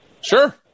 Sure